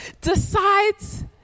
decides